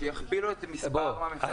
שיכפילו את מספר המפתחים.